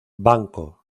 banco